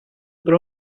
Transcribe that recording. their